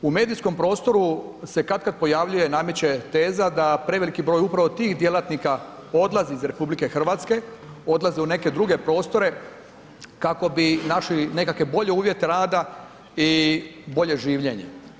U medijskom prostoru se katkad pojavljuje, nameće teza da preveliki broj upravo tih djelatnika odlazi iz RH, odlazi u neke druge prostore kako bi našli nekakve bolje uvjete rada i bolje življenje.